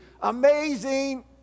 amazing